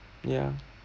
ya